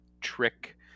trick